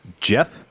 Jeff